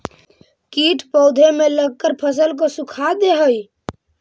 कीट पौधे में लगकर फसल को सुखा दे हई